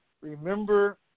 remember